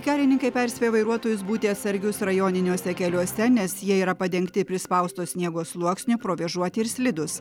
kelininkai perspėja vairuotojus būti atsargius rajoniniuose keliuose nes jie yra padengti prispausto sniego sluoksniu provėžoti ir slidūs